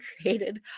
created